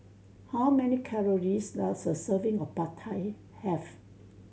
how many calories does a serving of Pad Thai have